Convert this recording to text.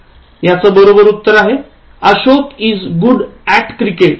याच बरोबर उत्तर आहे Ashok is good at cricket